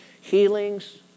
healings